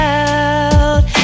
out